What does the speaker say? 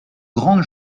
grande